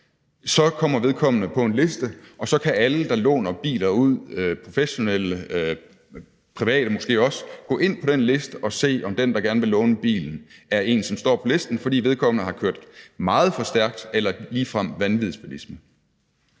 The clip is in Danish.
kommer vedkommende på en liste, og så kan alle, der låner biler ud – professionelle, måske også private – gå ind på den liste og se, om den person, der gerne vil låne bilen, står på listen, fordi vedkommende har kørt meget for stærkt eller ligefrem vanvidskørsel.